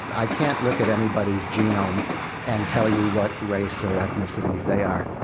i can't look at anybody's genome and tell you what race or ethnicity they are.